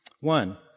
One